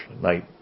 Night